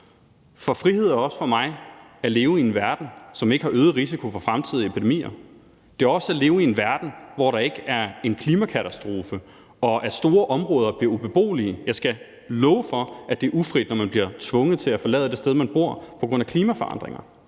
For frihed er også for mig at leve i en verden, som ikke har øget risiko for fremtidige epidemier. Det er også at leve i en verden, hvor der ikke er en klimakatastrofe, så store områder bliver ubeboelige. Jeg skal love for, at det er ufrit, når man bliver tvunget til at forlade det sted, hvor man bor, på grund af klimaforandringer.